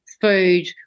food